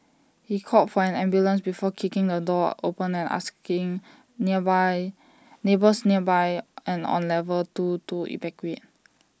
he called for an ambulance before kicking the door open and asking nearby neighbours nearby and on level two to evacuate